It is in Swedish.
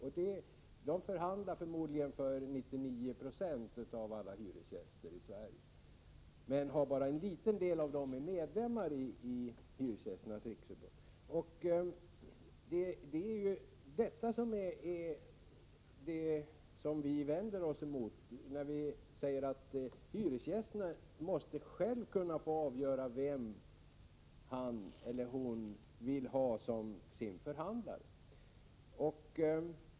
Hyresgästernas riksförbund förhandlar för förmodligen 99 96 av alla hyresgäster i Sverige men har bara enliten del av dem som medlemmar. Det är det vi vänder oss emot när vi säger att hyresgästerna själva måste kunna få avgöra vem de vill ha som förhandlare.